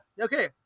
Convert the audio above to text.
Okay